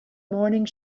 morning